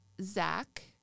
Zach